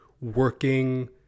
working